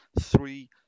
three